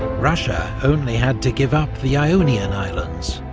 russia only had to give up the ionian islands,